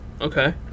Okay